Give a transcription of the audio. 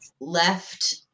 left